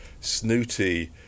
snooty